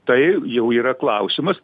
tai jau yra klausimas